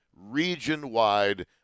Region-wide